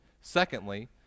secondly